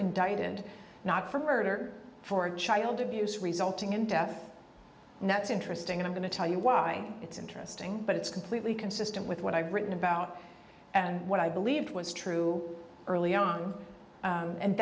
indicted not for murder for child abuse resulting in death and that's interesting i'm going to tell you why it's interesting but it's completely consistent with what i've written about and what i believed was true early on